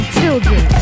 children